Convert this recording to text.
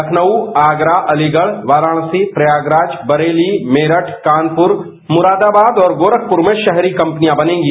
तखनऊ आगरा अलीगढ़ वाराणसी प्रयागराज बरेली मेरठ कानपुर मुरादाबाद और गोरखपुर में शहरी कंपनियां बनेंगी